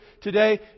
today